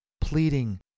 pleading